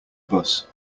bus